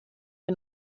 wir